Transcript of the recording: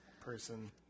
person